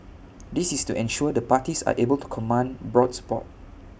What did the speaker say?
this is to ensure the parties are able to command broad support